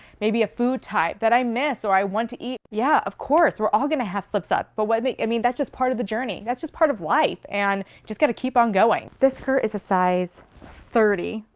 maybe a food type that i miss or i want to eat. yeah, of course we're all going to have slips up but when i mean that's just part of the journey that's just part of life and just got to keep on going. this skirt is a size thirty.